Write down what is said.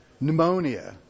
pneumonia